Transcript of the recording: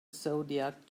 zodiac